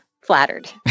flattered